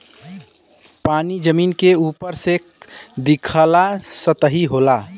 पानी जमीन के उपरे से दिखाला सतही होला